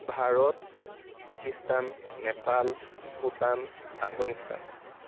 Bharat Pakistan Nepal Bhutan Afghanistan